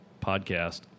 podcast